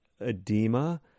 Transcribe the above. edema